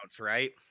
right